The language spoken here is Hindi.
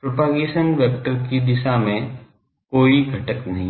प्रोपगेशन वेक्टर की दिशा में कोई घटक नहीं है